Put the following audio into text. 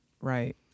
Right